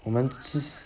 我们 just